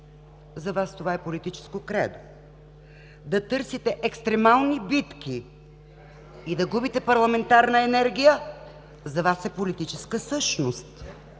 за Вас, това е политическо кредо. Да търсите екстремални битки и да губите парламентарна енергия – за Вас, е политическа същност.